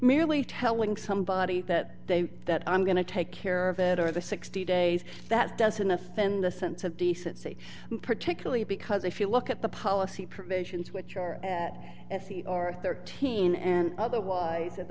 merely telling somebody that they that i'm going to take care of it or the sixty days that doesn't offend the sense of decency particularly because if you look at the policy provisions which are thirteen and otherwise